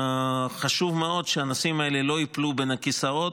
חשוב מאוד שהנושאים האלה לא ייפלו בין הכיסאות,